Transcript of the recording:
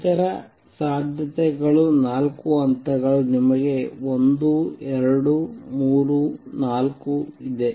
ಇತರ ಸಾಧ್ಯತೆಗಳು ನಾಲ್ಕು ಹಂತಗಳು ನಿಮಗೆ 1 2 3 4 ಇದೆ